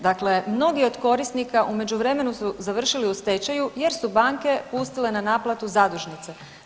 Dakle, mnogi od korisnika u međuvremenu su završili u stečaju jer su banke pustile na naplatu zadužnice.